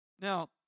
Now